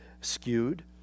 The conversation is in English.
skewed